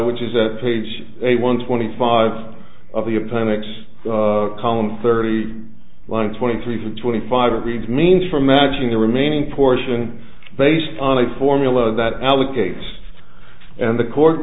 which is at page eight one twenty five of the appendix column thirty one twenty three for twenty five of these means for matching the remaining portion based on a formula that allocates and the court